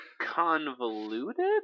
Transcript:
convoluted